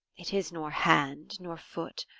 it is nor hand, nor foot,